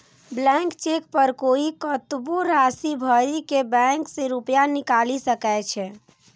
blank cheque पर कोइ कतबो राशि भरि के बैंक सं रुपैया निकालि सकै छै